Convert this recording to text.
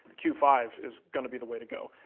q five is going to be the way to go.